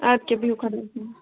اَدٕ کیٛاہ بِہِو خدایَس حَوالہٕ